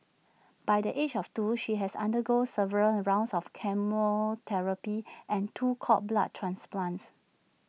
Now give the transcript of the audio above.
by the age of two she had undergone several rounds of chemotherapy and two cord blood transplants